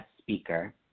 speaker